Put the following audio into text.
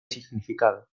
significado